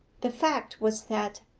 the fact was that,